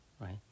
right